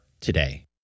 today